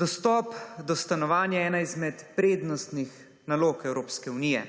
Dostop do stanovanj je ena izmed prednostnih nalog Evropske unije.